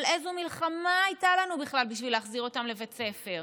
אבל איזו מלחמה הייתה לנו בכלל בשביל להחזיר אותם לבית ספר.